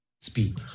speak